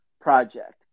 project